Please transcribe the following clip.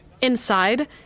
Inside